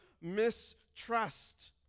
mistrust